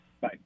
Bye